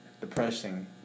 depressing